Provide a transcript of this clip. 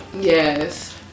yes